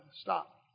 Stop